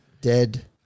Dead